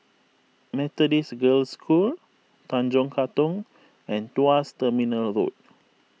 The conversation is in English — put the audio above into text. Methodist Girls' School Tanjong Katong and Tuas Terminal Road